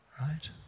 Right